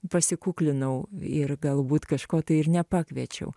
pasikuklinau ir galbūt kažko tai ir nepakviečiau